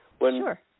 Sure